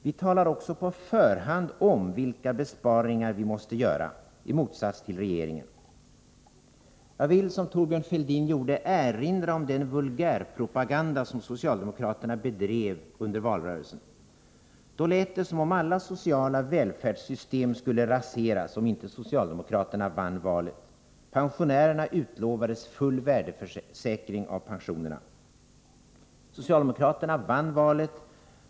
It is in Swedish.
Vi talar också på förhand om vilka besparingar vi måste göra — i motsats till regeringen. Jag vill, som Thorbjörn Fälldin gjorde, erinra om den vulgärpropaganda som socialdemokraterna bedrev under valrörelsen. Då lät det som om alla sociala välfärdssystem skulle raseras om inte socialdemokraterna vann valet. Pensionärerna utlovades full värdesäkring av pensionerna. Socialdemokraterna vann valet.